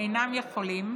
אינם יכולים,